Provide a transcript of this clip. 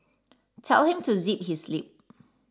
tell him to zip his lip